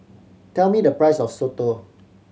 tell me the price of soto